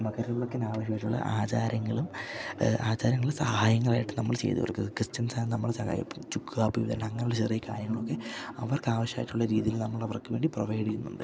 മകരവിളക്കിനാവശ്യമായിട്ടുള്ള ആചാരങ്ങളും ആചാരങ്ങൾ സഹായങ്ങളായിട്ട് നമ്മൾ ചെയ്തു കൊടുക്കും ക്രിസ്ത്യൻസായ നമ്മൾ സഹായം ഇപ്പം ചുക്ക് കാപ്പി വിതരണം അങ്ങനെയുള്ള ചെറിയ കാര്യങ്ങളൊക്കെ അവർക്കാവശ്യമായിട്ടുള്ള രീതിയിൽ നമ്മളവർക്കുവേണ്ടി പ്രൊവൈഡ് ചെയ്യുന്നുണ്ട്